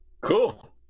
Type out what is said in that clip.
cool